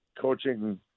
coaching